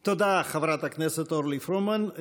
תודה, חברת הכנסת אורלי פרומן.